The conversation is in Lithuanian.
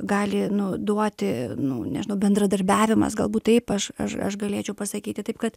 gali nu duoti nu nežinau bendradarbiavimas galbūt taip aš aš aš galėčiau pasakyti taip kad